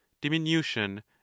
diminution